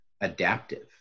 adaptive